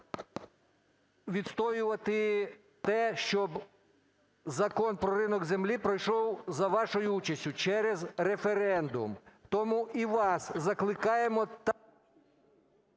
відстоювати те, щоб Закон про ринок землі пройшов за вашою участю, через референдум. Тому і вас закликаємо…